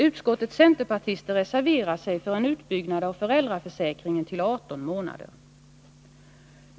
Utskottets centerpartister reserverar sig för en utbyggnad av föräldraförsäkringen till 18 månader.